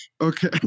Okay